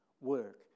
work